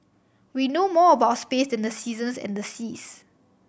we know more about space than the seasons and the seas